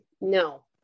No